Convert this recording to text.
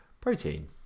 protein